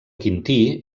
quintí